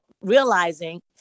realizing